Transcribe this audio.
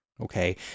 Okay